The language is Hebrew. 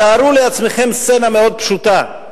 תארו לעצמכם סצנה מאוד פשוטה,